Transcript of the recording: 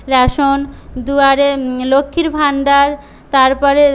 ration দুয়ারে লক্ষ্মীর ভান্ডার তারপরে